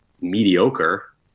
mediocre